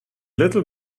little